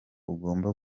ugomba